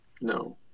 No